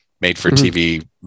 made-for-TV